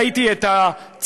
ראיתי את הציוצים,